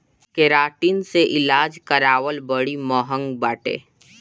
keratin से इलाज करावल बड़ी महँग बाटे